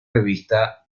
revista